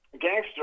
gangster